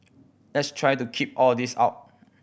let's try the keep all this out